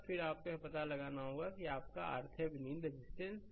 और फिर आपको यह भी पता लगाना होगा कि आपका RThevenin थेविनीनरेजिस्टेंस